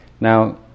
Now